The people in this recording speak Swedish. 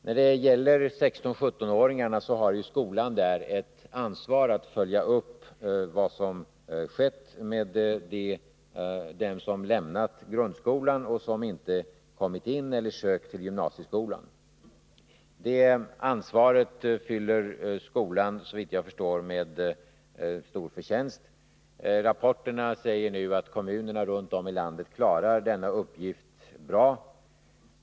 När det gäller 16 och 17-åringarna har skolan ett ansvar att följa upp vad som skett med dem som lämnat grundskolan och som inte kommit in i gymnasieskolan eller inte sökt till denna. Det ansvaret uppfyller skolan, såvitt jag förstår, med stor förtjänst. Rapporterna säger nu att kommunerna runt om i landet klarar denna uppgift bra.